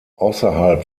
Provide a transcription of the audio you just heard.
außerhalb